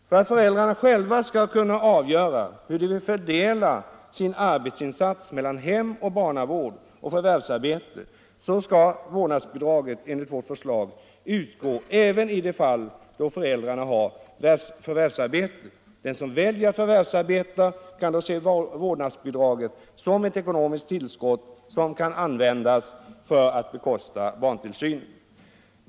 För att föräldrarna själva skall kunna avgöra hur de bör fördela sin arbetsinsats mellan hem och barnavård samt förvärsarbete skall vårdnadsbidrag enligt vårt förslag utgå även i de fall då föräldrarna har förvärvsarbete. Den som väljer att förvärvsarbeta kan då se vårdnadsbidraget som ett ekonomiskt tillskott som kan användas för att bekosta barntillsynen.